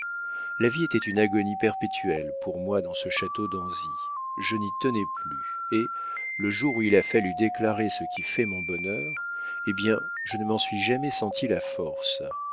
la vie était une agonie perpétuelle pour moi dans ce château d'anzy je n'y tenais plus et le jour où il a fallu déclarer ce qui fait mon bonheur eh bien je ne m'en suis jamais senti la force